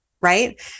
right